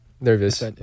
Nervous